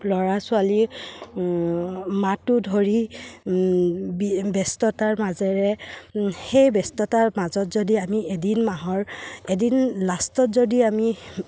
ল'ৰা ছোৱালী মাহটো ধৰি ব্যস্ততাৰ মাজেৰে সেই ব্যস্ততাৰ মাজত যদি আমি এদিন মাহৰ এদিন লাষ্টত যদি আমি